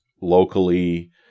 locally